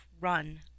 run